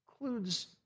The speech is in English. includes